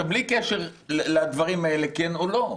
עכשיו, בלי קשר לדברים האלה, כן או לא,